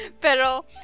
pero